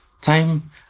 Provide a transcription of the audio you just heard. time